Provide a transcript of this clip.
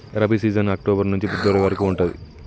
rabi season October నుంచి February వరకు ఉంటది